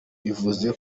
bivuze